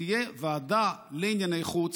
שתהיה ועדה לענייני חוץ